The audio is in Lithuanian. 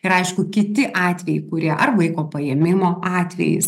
ir aišku kiti atvejai kurie ar vaiko paėmimo atvejis